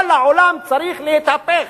כל העולם צריך להתהפך